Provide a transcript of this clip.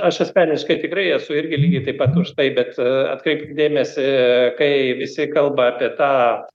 aš asmeniškai tikrai esu irgi lygiai taip pat už tai bet atkreipkit dėmesį kai visi kalba apie tą